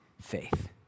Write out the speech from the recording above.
faith